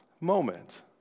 moment